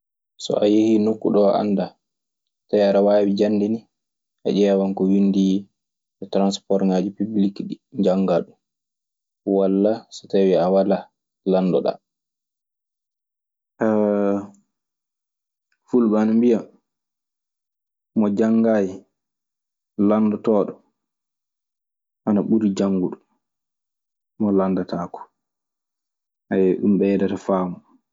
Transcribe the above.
So a yehii nokku ɗo a anndaa. So tawi aɗa waawi jannde nii ƴeewan ko winndi e taransporŋaaji pibiliki ɗii. Njannga ɗum, walla so tawi a walaa lanndoɗaa. Fulɓe ana mbiya, mo janngaayi landotooɗo ana ɓuri jannguɗo mo lanndataako. Ɗun ɓeydata faamu.